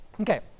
Okay